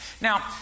Now